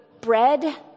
bread